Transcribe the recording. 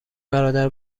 برادر